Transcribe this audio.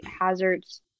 hazards